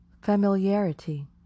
familiarity